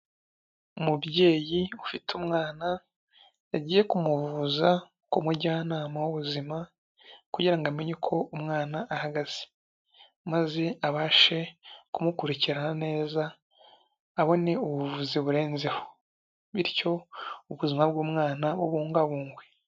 Umubyeyi ufite umwana, yagiye kumuvuza ku mujyanama w'ubuzima. Kugira ngo amenye uko umwana ahagaze. Maze abashe kumukurirana neza abo ni ubuvuzi burenzeho bityo ubuzima bw'umwana ubungabungwe.